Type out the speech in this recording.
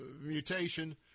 mutation